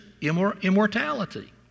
immortality